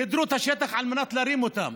סידרו את השטח על מנת להרים אותם.